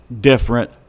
different